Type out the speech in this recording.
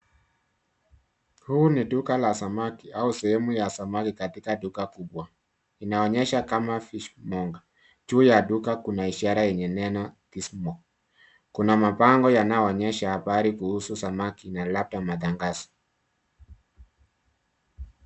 Huu ni duka la samaki au sehemu ya samaki katika duka kubwa. Inaonyesha kama fish monger . Juu ya duka kuna ishara yenye neno this more . Kuna mabango yanayoonyesha habari kuhusu samaki na labda matangazo.